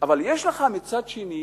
אבל יש לך מצד שני